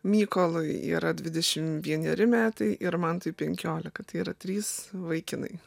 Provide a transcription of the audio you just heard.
mykolui yra dvidešim vieneri metai ir mantui penkiolika tai yra trys vaikinai